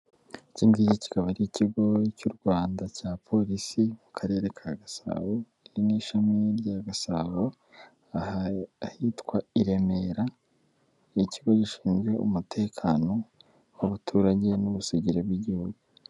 Iki ngiki kikaba ari ikigo cy'u Rwanda cya polisi mu karere ka Gasabo iri n'ishami rya Gasabo ahitwa i Remera n'ikigo gishinzwe umutekano w'abaturage n'ubusugire bw'igihugu.